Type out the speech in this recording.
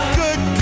good